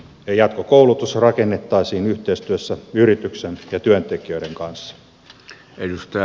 jatkokoulutus rakennettaisiin yhteistyössä yrityksen ja työntekijöiden kanssa